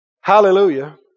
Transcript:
Hallelujah